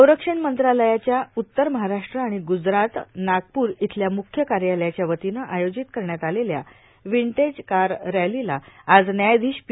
संरक्षण मंत्रालयाच्या उत्तर महाराष्ट्र आणि गुजरात सब एरिया नागपूर इथल्या मुख्य कार्यालयाच्या वतीनं आयोजित करण्यात आलेल्या विंटेज कार रॅलीला आज न्यायाधीश पी